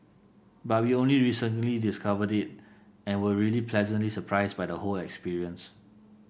but we only recently discovered it and were really pleasantly surprised by the whole experience